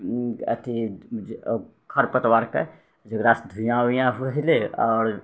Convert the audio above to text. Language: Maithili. अथि जे खरपतवारके जेकरासँ धुइयाँ वुइयाँ होइ छलै आओर